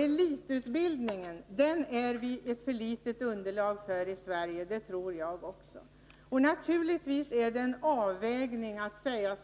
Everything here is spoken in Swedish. Elitutbildningen har vi ett för litet underlag för i Sverige, det tror jag också, och naturligtvis blir det här fråga om en avvägning: